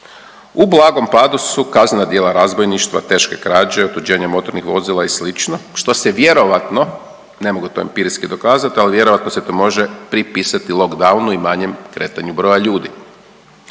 U blagom padu su kaznena djela razbojništva, teške krađe, otuđenje motornih vozila i sl., što se vjerojatno, ne mogu to empirijski dokazati, ali vjerojatno se to može pripisati lockdownu i manjem kretanju broja ljudi.